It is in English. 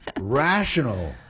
rational